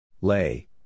lay